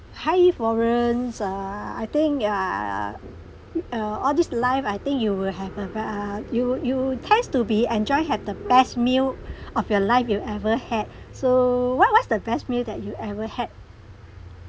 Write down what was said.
hi florence uh I think uh uh all these life I think you will have a ve~ ah you you tends to be enjoy have the best meal of your life you ever had so what what's the best meal that you ever had